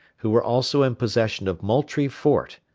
who were also in possession of moultrie fort,